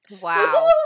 Wow